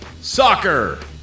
Soccer